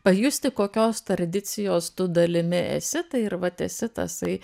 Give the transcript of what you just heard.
pajusti kokios tradicijos tu dalimi esi tai ir vat esi tasai